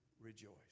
rejoice